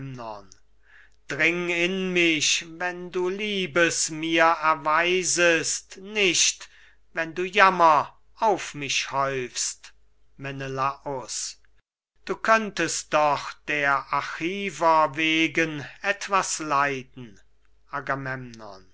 dring in mich wenn du liebes mir erweisest nicht wenn du jammer auf mich häufst menelaus du könntest doch der achiver wegen etwas leiden